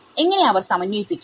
എങ്ങനെ അവർ സമന്വയിപ്പിക്കും